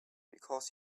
because